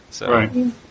Right